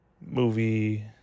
movie